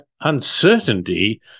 uncertainty